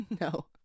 no